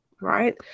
right